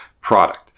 product